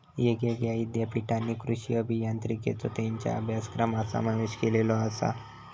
येगयेगळ्या ईद्यापीठांनी कृषी अभियांत्रिकेचो त्येंच्या अभ्यासक्रमात समावेश केलेलो आसा